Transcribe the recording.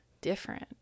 different